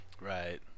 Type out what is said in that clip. Right